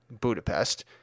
Budapest